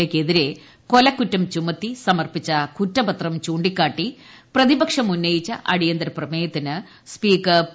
A യ്ക്ക്രിതീര്ര കൊലക്കുറ്റം ചുമത്തി സമർപ്പിച്ച കുറ്റപത്രം ചൂണ്ടിക്കാട്ടി പ്രത്പക്ഷം ഉന്നയിച്ച അടിയന്തരപ്രമേയത്തിന് സ്പീക്കർ പി